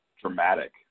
dramatic